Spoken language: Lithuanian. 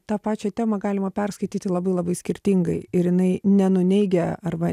tą pačią temą galima perskaityti labai labai skirtingai ir jinai nenuneigia arba